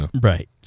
Right